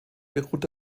beruht